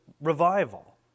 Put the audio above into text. revival